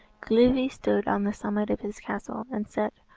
glivi stood on the summit of his castle, and said,